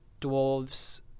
dwarves